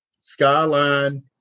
Skyline